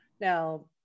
Now